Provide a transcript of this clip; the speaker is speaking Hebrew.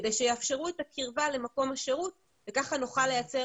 כדי שיאפשרו את הקרבה למקום השירות וככה נוכל לייצר